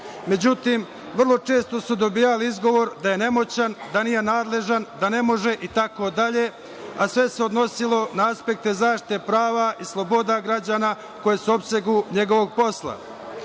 međutim, vrlo često su dobijali izgovor da je nemoćan, da nije nadležan, da ne može i tako dalje, a sve se odnosilo na aspekte zaštite prava i sloboda građana koji su u opsegu njegovog posla. Kako